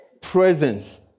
presence